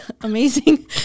Amazing